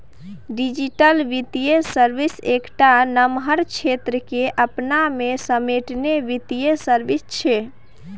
digital बित्तीय service एकटा नमहर क्षेत्र केँ अपना मे समेटने बित्तीय सर्विस छै